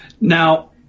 now